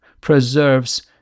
preserves